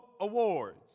Awards